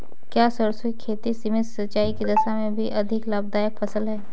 क्या सरसों की खेती सीमित सिंचाई की दशा में भी अधिक लाभदायक फसल है?